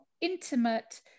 intimate